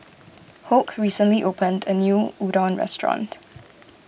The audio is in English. Hoke recently opened a new Udon restaurant